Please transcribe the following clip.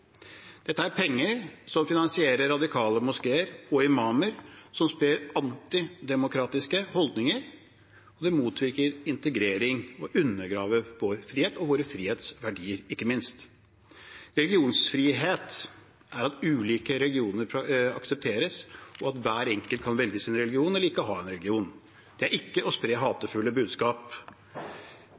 Dette er penger som finansierer radikale moskeer og imamer som sprer antidemokratiske holdninger, det motvirker integrering og undergraver vår frihet og vår frihets verdier, ikke minst. Religionsfrihet er at ulike religioner aksepteres, at hver enkelt kan velge sin religion eller ikke ha en religion. Det er ikke å spre hatefulle budskap.